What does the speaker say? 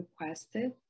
requested